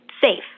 safe